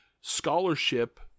scholarship